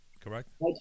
Correct